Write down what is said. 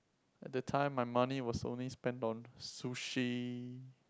at the time my money was only spent on sushi